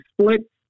split